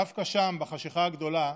דווקא שם, בחשכה הגדולה,